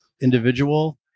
individual